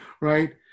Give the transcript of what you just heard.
right